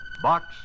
Box